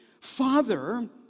Father